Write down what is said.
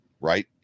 right